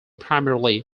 primarily